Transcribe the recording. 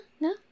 no